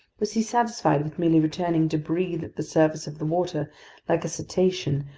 was he satisfied with merely returning to breathe at the surface of the water like a cetacean,